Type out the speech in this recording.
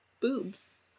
Boobs